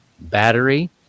battery